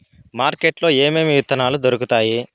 market లో ఏమేమి విత్తనాలు దొరుకుతాయి